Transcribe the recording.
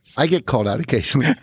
i get called out occasionally